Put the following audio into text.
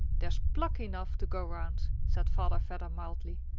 there's pluck enough to go round, said father vedder mildly,